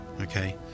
Okay